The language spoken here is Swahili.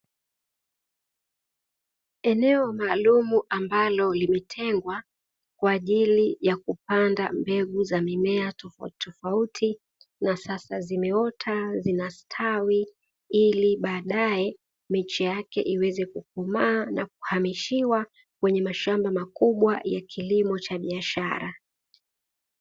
Eneo maalumu ambalo limetengwa kwaajili ya kupanda mbegu za aina tofauti tofauti na Sasa zimeota, zinastawi ili baadae baadae miche yake iweze kukomaa na kuhamishiwa kwenye mashamba makubwa ya kilimo cha biashara.